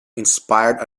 inspired